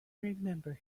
remember